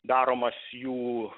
daromas jų